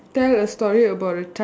tell a story about a time